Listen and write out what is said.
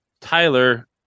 Tyler